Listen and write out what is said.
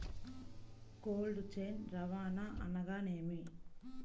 Cold chain రవాణా అనగా నేమి?